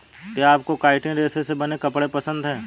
क्या आपको काइटिन रेशे से बने कपड़े पसंद है